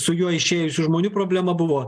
su juo išėjusių žmonių problema buvo